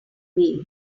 need